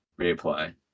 reapply